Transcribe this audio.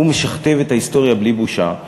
הוא משכתב את ההיסטוריה בלי בושה.